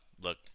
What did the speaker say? look